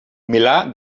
milà